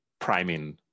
priming